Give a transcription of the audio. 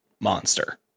monster